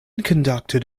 conducted